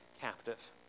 captive